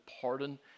pardon